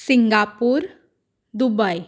Singapore Dubai